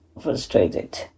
frustrated